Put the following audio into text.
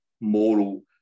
moral